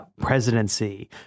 presidency